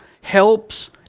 helps